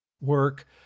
work